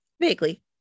Vaguely